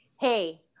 Hey